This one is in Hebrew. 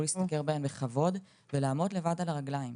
להשתכר בהן בכבוד ולעמוד לבד על הרגליים.